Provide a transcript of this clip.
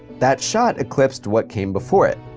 that shot eclipsed what came before it.